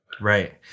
Right